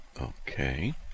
Okay